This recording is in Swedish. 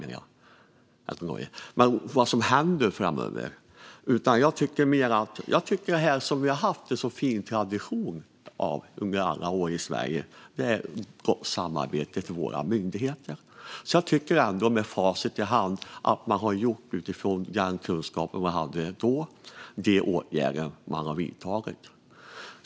Låt oss se vad som händer när coronan är över. Jag tycker att vi har haft en fin tradition här i Sverige under alla år, och det är ett gott samarbete med våra myndigheter. Jag tycker alltså ändå med facit i hand att man utifrån den kunskap man hade då vidtog de åtgärder som behövde vidtas.